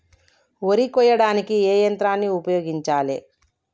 వరి కొయ్యడానికి ఏ యంత్రాన్ని ఉపయోగించాలే?